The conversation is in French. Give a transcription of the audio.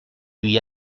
lui